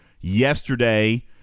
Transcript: yesterday